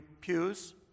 pews